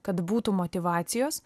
kad būtų motyvacijos